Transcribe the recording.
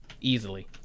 Easily